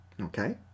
okay